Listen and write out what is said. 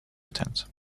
attempt